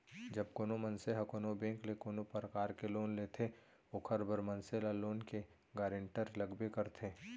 जब कोनो मनसे ह कोनो बेंक ले कोनो परकार ले लोन लेथे ओखर बर मनसे ल लोन के गारेंटर लगबे करथे